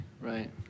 right